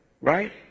right